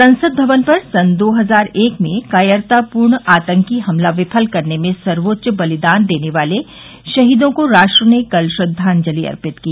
संसद भवन पर सन् दो हजार एक में कायरतापूर्ण आतंकी हमला विफल करने में सर्वोच्च बलिदान देने वाले शहीदों को राष्ट्र ने कल श्रद्वांजलि अर्पित की